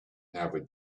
never